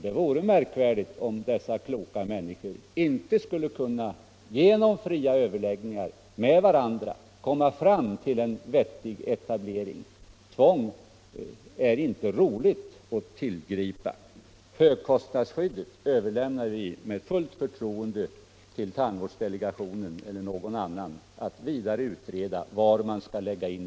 Det vore märkvärdigt om inte dessa kloka människor genom fria överläggningar med varandra skulle kunna komma fram till en vettig etablering. Tvång är inte roligt att tillgripa. Högkostnadsskyddet överlämnar vi med fullt förtroende till tandvårdsdelegationen eller någon annan instans för vidare utredning av var det skall läggas in.